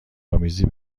آمیزی